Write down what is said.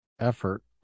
effort